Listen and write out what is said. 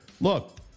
look